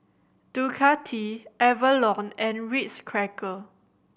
Ducati Avalon and Ritz Cracker